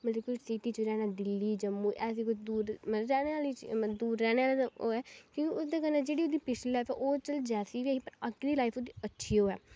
मतलब कि सिटी च रैहना दिल्ली जम्मू ऐसी कोई दूर मतलब कि रैहने आह्ली दूर रैहने होऐ कि ओह्दे कन्नै जेह्ड़ी ओह्दी पिछली लाइफ ऐ ओह् चल जैसी बी ऐही पर अगली लाइफ ओह्दी अच्छी होऐ